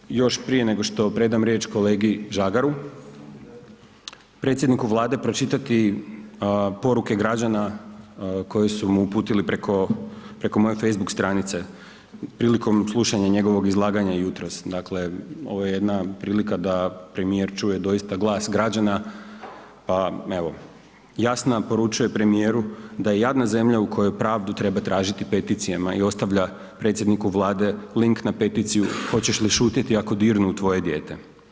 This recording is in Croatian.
Htio bih još prije nego što predam riječ kolegi Žagaru, predsjedniku Vlade pročitati poruke građana koje su mu uputili preko, preko moje facebook stranice prilikom slušanja njegovog izlaganja jutros, dakle ovo je jedna prilika da premijer čuje doista glas građana, pa evo Jasna poručuje premijeru da je jadna zemlja u kojoj pravdu treba tražiti peticijama i ostavlja predsjedniku Vlade link na peticiju Hoćeš li šutjeti ako dirnu u tvoje dijete?